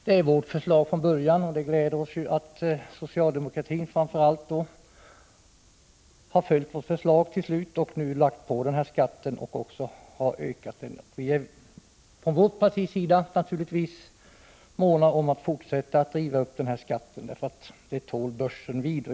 Det är vårt förslag från början, och det gläder oss att framför allt socialdemokratin till sist har accepterat det och först infört den här skatten och sedan ökat den. Vi är från vårt partis sida naturligtvis måna om att fortsätta att driva upp den — det tål börsen vid.